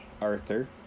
Arthur